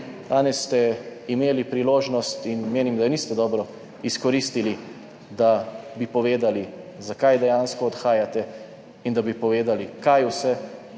Danes ste imeli priložnost, in menim, da je niste dobro izkoristili, da bi povedali zakaj dejansko odhajate in da bi povedali kaj vse